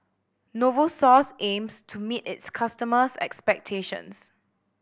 novosource aims to meet its customers' expectations